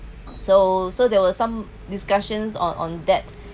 so so there were some discussions on on that